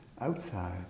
outside